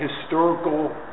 historical